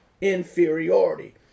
inferiority